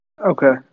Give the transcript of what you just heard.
okay